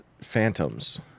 Phantoms